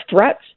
threats